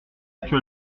que